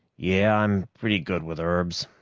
yeah, i'm pretty good with herbs.